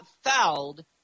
fouled